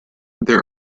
there